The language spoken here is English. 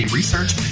research